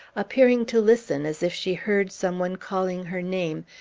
appearing to listen, as if she heard some one calling her name,